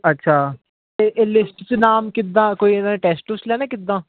ਅੱਛਾ ਅਤੇ ਇਹ ਲਿਸਟ 'ਚ ਨਾਮ ਕਿੱਦਾਂ ਕੋਈ ਇਹਨਾਂ ਨੇ ਟੈਸਟ ਟੁਸਟ ਲੈਣਾ ਹੈ ਕਿੱਦਾਂ